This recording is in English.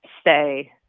stay